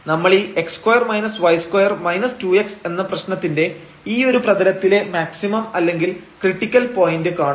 നമ്മളീ x2 y2 2x എന്നപ്രശ്നത്തിന്റെ ഈ ഒരു പ്രതലത്തിലെ മാക്സിമം അല്ലെങ്കിൽ ക്രിട്ടിക്കൽ പോയന്റ് കാണും